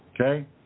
Okay